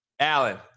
Alan